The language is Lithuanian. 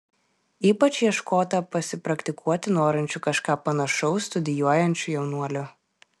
ypač ieškota pasipraktikuoti norinčių kažką panašaus studijuojančių jaunuolių